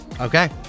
Okay